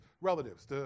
relatives